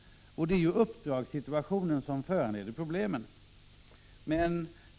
Men det är ju uppdragssituationen som föranleder problemen.